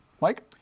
Mike